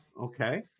Okay